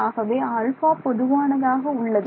ஆகவே α பொதுவானதாக உள்ளது